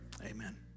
Amen